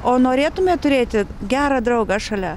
o norėtumėt turėti gerą draugą šalia